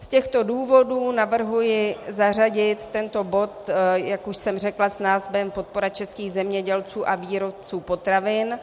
Z těchto důvodů navrhuji zařadit tento bod, jak už jsem řekla, s názvem Podpora českých zemědělců a výrobců potravin.